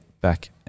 back